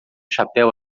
chapéu